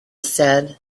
said